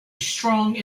strong